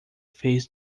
fez